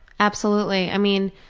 absolutely. i mean